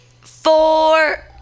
four